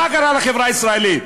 מה קרה לחברה הישראלית?